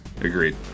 Agreed